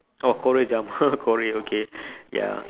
oh korea drama korea okay ya